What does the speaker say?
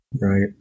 right